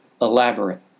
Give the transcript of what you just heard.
elaborate